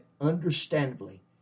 understandably